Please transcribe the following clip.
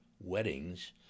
weddings